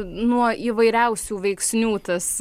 nuo įvairiausių veiksnių tas